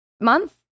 month